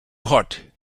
hot